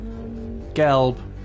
Gelb